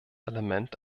element